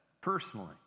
personally